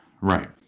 Right